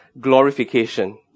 glorification